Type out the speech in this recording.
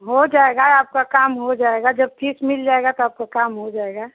हो जाएगा आपका काम हो जाएगा जब फीस मिल जाएगी तो आपका काम हो जाएगा